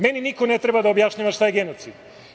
Meni niko ne treba da objašnjava šta je genocid.